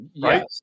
right